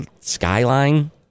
Skyline